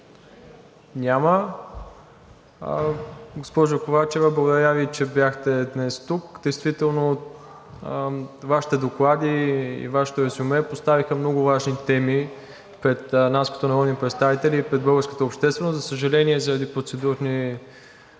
Няма. Госпожо Ковачева, благодаря Ви, че бяхте днес тук. Действително Вашите доклади и Вашето резюме поставиха много важни теми пред нас като народни представители и пред българската общественост. За съжаление, заради процедурни